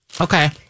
Okay